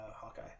Hawkeye